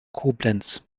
koblenz